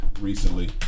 recently